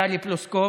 טלי פלוסקוב,